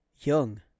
young